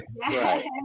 right